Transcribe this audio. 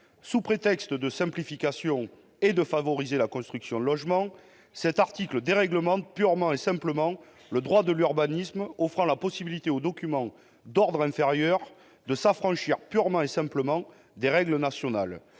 Sous prétexte de simplifier et de favoriser la construction de logement, l'article 13 déréglemente purement et simplement le droit de l'urbanisme, offrant la possibilité aux documents d'ordre inférieur de s'affranchir des règles nationales.